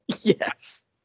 Yes